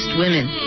Women